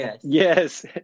Yes